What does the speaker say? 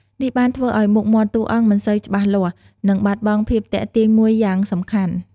នេះបានធ្វើឱ្យមុខមាត់តួអង្គមិនសូវច្បាស់លាស់ និងបាត់បង់ភាពទាក់ទាញមួយយ៉ាងសំខាន់ ។